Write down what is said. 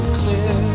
clear